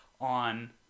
on